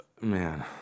man